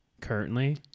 currently